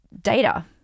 data